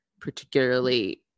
particularly